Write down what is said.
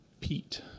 Pete